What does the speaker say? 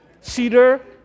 Cedar